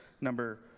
number